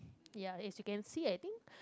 ya as you can see I think